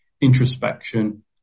introspection